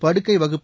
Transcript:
படுக்கை வகுப்பு